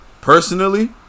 Personally